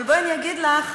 אבל בואי אני אגיד לך,